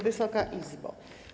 Wysoka Izbo!